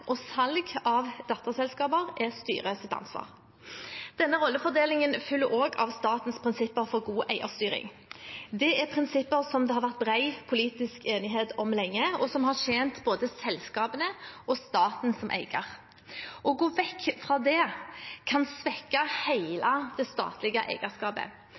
og salg av datterselskaper er styrets ansvar. Denne rollefordelingen følger også av statens prinsipper for god eierstyring. Det er prinsipper som det har vært bred politisk enighet om lenge, og som har tjent både selskapene og staten som eier. Å gå vekk fra det kan svekke hele det statlige